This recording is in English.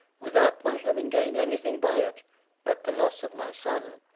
without my having gained anything by it but the loss of my son,